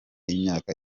imyaka